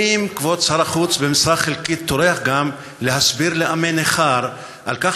האם כבוד שר החוץ במשרה חלקית טורח גם להסביר לעמי נכר על כך